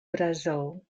brazil